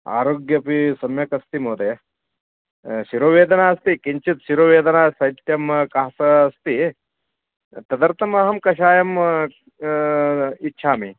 आरोग्यमपि सम्यक् अस्ति महोदय शिरोवेदना अस्ति किञ्चित् शिरोवेदना शैत्यं कासः अस्ति तदर्थम् अहं कषायम् इच्छामि